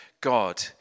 God